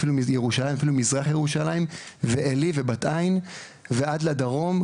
מירושלים וממזרח ירושלים מעלי ובת עין ועד הדרום,